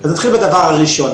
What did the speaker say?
אז נתחיל בדבר הראשון.